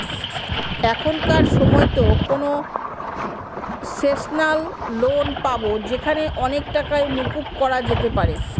এখনকার সময়তো concessional loan পাবো যেখানে অনেক টাকাই মকুব করা যেতে পারে